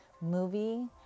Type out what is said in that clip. movie